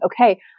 okay